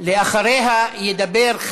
בישראל), התשע"ז 2017, לוועדת הכלכלה נתקבלה.